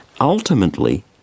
ultimately